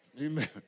Amen